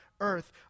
earth